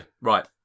Right